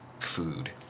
food